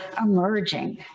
emerging